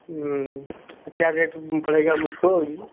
ये क्या रेट पड़ेगा मुझको